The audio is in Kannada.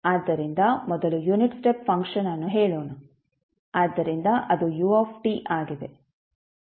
ಆದ್ದರಿಂದ ಮೊದಲು ಯುನಿಟ್ ಸ್ಟೆಪ್ ಫಂಕ್ಷನ್ ಅನ್ನು ಹೇಳೋಣ ಆದ್ದರಿಂದ ಅದು ut ಆಗಿದೆ